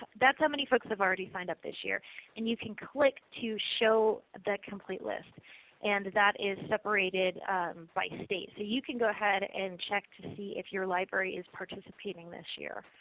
that's how many folks have already signed up this year and you can click to show the complete list and that is separated by state. so you can go ahead and check to to see if your library is participating this year.